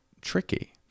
tricky